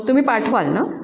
तुम्ही पाठवाल ना